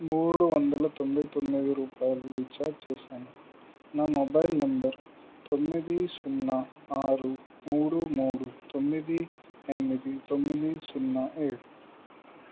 మూడు వందల తొంభై తొమ్మిది రూపాయలు రీఛార్జ్ చేసాను నా మొబైల్ నంబర్ తొమ్మిది సున్నా ఆరు మూడు మూడు తొమ్మిది ఎనిమిది తొమ్మిది సున్నా ఏడు